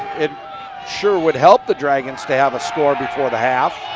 it sure would help the dragons to have a score before the half.